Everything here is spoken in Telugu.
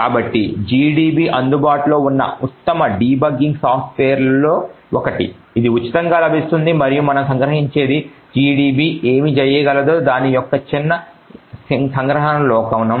కాబట్టి gdb అందుబాటులో ఉన్న ఉత్తమ డీబగ్గింగ్ సాఫ్ట్వేర్లలో ఒకటి ఇది ఉచితంగా లభిస్తుంది మరియు మనం సంగ్రహించేది gdb ఏమి చేయగలదో దాని యొక్క చిన్న సంగ్రహావలోకనం